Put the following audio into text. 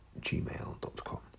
gmail.com